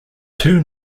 two